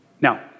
Now